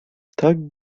tak